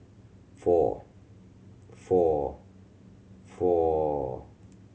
four four four